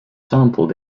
sampled